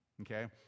Okay